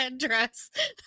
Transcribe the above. headdress